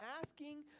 asking